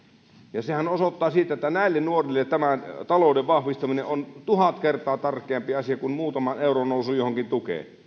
ja sehän osoittaa sitä että näille nuorille tämä talouden vahvistaminen on tuhat kertaa tärkeämpi asia kuin muutaman euron nousu johonkin tukeen